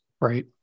right